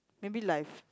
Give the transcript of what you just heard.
maybe life